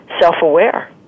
self-aware